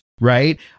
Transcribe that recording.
right